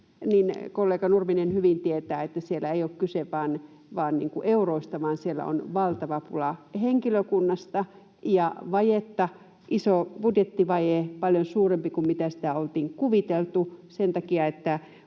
Kollega Nurminen hyvin tietää, että siellä ei ole kyse vain euroista vaan siellä on valtava pula henkilökunnasta ja vajetta, iso budjettivaje, paljon suurempi kuin mitä oltiin kuviteltu, sen takia,